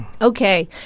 Okay